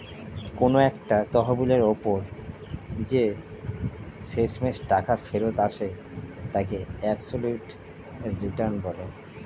কোন একটা তহবিলের ওপর যে শেষমেষ টাকা ফেরত আসে তাকে অ্যাবসলিউট রিটার্ন বলে